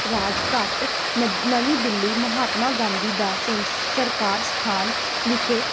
ਰਾਜ ਘਾਟ ਨ ਨਵੀਂ ਦਿੱਲੀ ਮਹਾਤਮਾ ਗਾਂਧੀ ਦਾ ਸੰਸ ਸਰਕਾਰ ਸਥਾਨ ਵਿਖੇ